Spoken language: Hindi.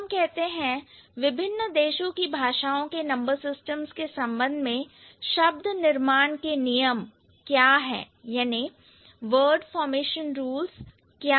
जब हम कहते हैं कि विभिन्न देशों की भाषाओं के नंबर सिस्टम्स के संबंध में शब्द निर्माण के नियम वर्ड फॉरमेशन रूल्स क्या है